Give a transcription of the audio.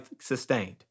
sustained